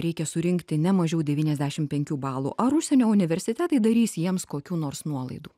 reikia surinkti ne mažiau devyniasdešim penkių balų ar užsienio universitetai darys jiems kokių nors nuolaidų